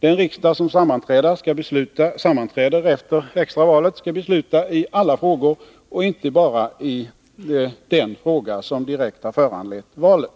Den riksdag som sammanträder efter det extra valet skall besluta i alla frågor och inte bara i den fråga som direkt föranlett valet.